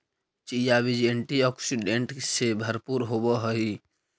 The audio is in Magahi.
चिया बीज एंटी ऑक्सीडेंट से भरपूर होवअ हई